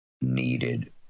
needed